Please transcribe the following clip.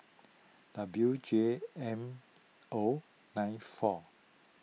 W J M O nine four